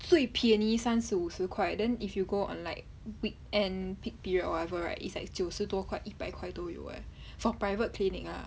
最便宜三十五十块 then if you go on like weekend peak period or whatever right it's like 九十多块一百块都有 eh for private clinic lah